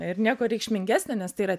ir nieko reikšmingesnio nes tai yra